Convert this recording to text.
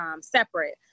separate